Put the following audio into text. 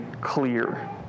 clear